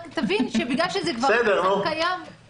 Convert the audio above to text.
רק שתבין שבגלל שזה כבר קיים --- בסדר, נו.